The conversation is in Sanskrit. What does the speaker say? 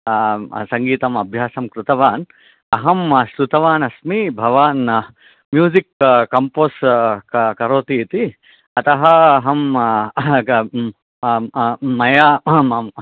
सङ्गीतम् अभ्यासं कृतवान् अहं श्रुतवान् अस्मि भवान् म्युसिक् कम्पोस् करोति इति अतः अहं मया